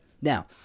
Now